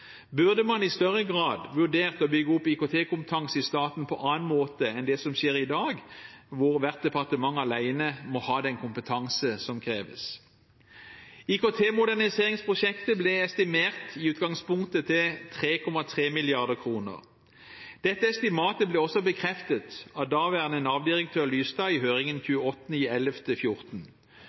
Burde man i større grad vurdert å bygge opp IKT-kompetanse i staten på annen måte enn det som skjer i dag, hvor hvert departement alene må ha den kompetanse som kreves? IKT-moderniseringsprosjektet ble i utgangspunktet estimert til 3,3 mrd. kr. Dette estimatet ble også bekreftet av daværende Nav-direktør Lystad i høringen